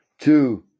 Two